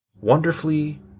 wonderfully